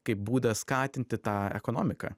kaip būdą skatinti tą ekonomiką